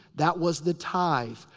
that was the tithe.